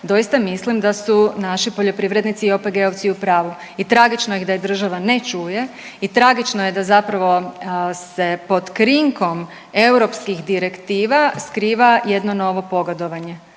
Doista mislim da su naši poljoprivrednici i OPG-ovci u pravu i tragično je da ih država ne čuje i tragično je da zapravo se pod krinkom europskih direktiva skriva jedno novo pogodovanje.